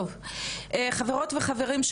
חברות וחברים,